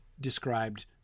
described